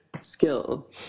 skill